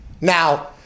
Now